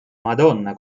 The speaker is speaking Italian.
madonna